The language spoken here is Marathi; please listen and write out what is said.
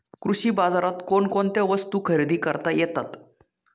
कृषी बाजारात कोणकोणत्या वस्तू खरेदी करता येतात